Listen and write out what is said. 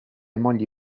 mogli